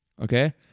okay